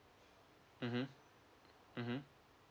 mmhmm mmhmm